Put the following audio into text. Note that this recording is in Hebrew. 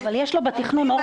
אבל יש לו בתכנון, לגמרי.